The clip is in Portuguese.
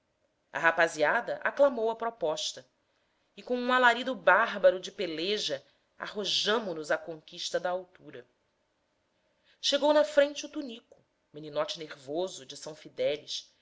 a rapaziada aclamou a proposta e com um alarido bárbaro de peleja arrojamo nos à conquista da altura chegou na frente o tonico meninote nervoso de são fidélis